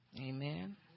Amen